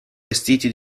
vestiti